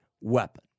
weapon